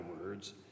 words